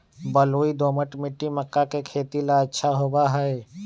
बलुई, दोमट मिट्टी मक्का के खेती ला अच्छा होबा हई